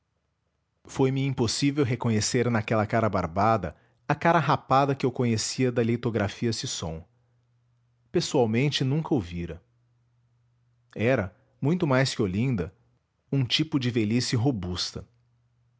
europa foi-me impossível reconhecer naquela cara barbada a cara rapada que eu conhecia da litografia sisson pessoalmente nunca o vira era muito mais que olinda um tipo de velhice robusta